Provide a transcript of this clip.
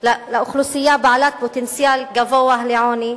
לאוכלוסייה בעלת פוטנציאל גבוה לעוני,